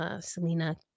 Selena